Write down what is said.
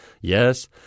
Yes